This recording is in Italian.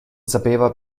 sapeva